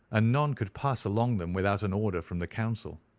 and none could pass along them without an order from the council.